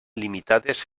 limitades